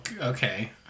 Okay